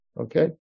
okay